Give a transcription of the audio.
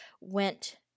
went